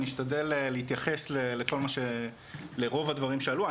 אני אשתדל להתייחס לרוב הדברים שעלו.